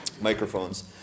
Microphones